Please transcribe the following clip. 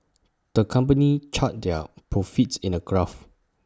the company charted their profits in A graph